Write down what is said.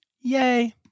Yay